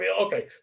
Okay